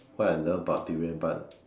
what I love about durian but